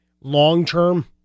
long-term